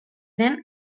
den